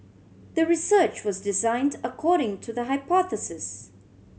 the research was designed according to the hypothesis